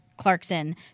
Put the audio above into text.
Clarkson